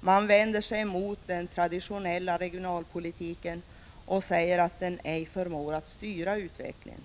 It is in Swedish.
Man vänder sig emot den traditionella regionalpolitiken och säger att den ej förmår styra utvecklingen.